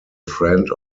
friend